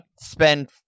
spend